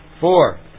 Four